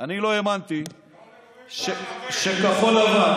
אני לא האמנתי שכחול לבן